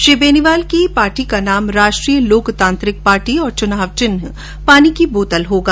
श्री बेनीवाल की नई पार्टी का नाम राष्ट्रीय लोकतांत्रिक पार्टी और चूनाव चिन्ह पानी की बोतल होगा